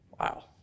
wow